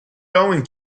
going